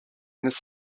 this